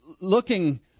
looking